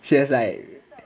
she was like